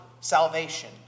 salvation